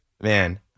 man